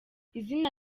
izina